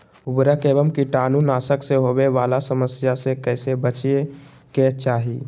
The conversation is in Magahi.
उर्वरक एवं कीटाणु नाशक से होवे वाला समस्या से कैसै बची के चाहि?